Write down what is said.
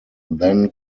then